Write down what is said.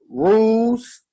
rules